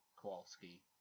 Kowalski